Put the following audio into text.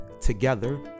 together